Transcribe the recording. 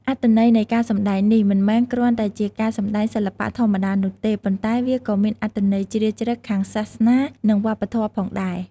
អត្ថន័យនៃការសម្តែងនេះ មិនមែនគ្រាន់តែជាការសម្តែងសិល្បៈធម្មតានោះទេ ប៉ុន្តែវាក៏មានអត្ថន័យជ្រាលជ្រៅខាងសាសនា និងវប្បធម៌ផងដែរ។